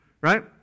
right